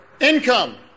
income